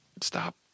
Stop